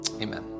Amen